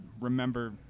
remember